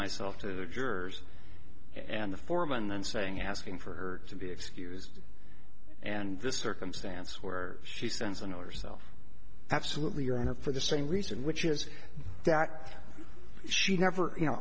myself to jurors and the foreman then saying asking for her to be excused and this circumstance where she sends an order self absolutely your honor for the same reason which is that she never you know